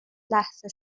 لحظه